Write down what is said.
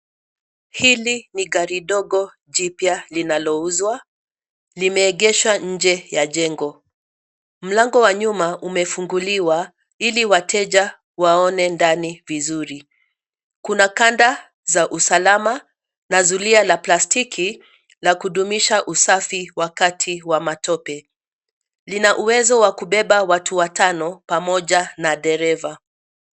Hili ni gari dogo jipya linalouzwa. Limeegeshwa nje ya jengo. Mlango wa nyuma umefunguliwa ili wateja waone ndani vizuri. Kuna kanda za usalama na zulia la plastiki la kudumisha usafi wakati wa matope. Lina uwezo wa kubeba watu watano pamoja na dereva.